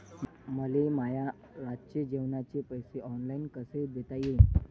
मले माया रातचे जेवाचे पैसे ऑनलाईन कसे देता येईन?